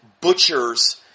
butchers